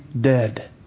dead